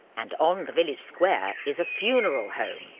and on the village square is a funeral home,